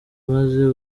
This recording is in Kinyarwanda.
maze